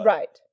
Right